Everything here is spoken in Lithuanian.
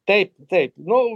taip taip nu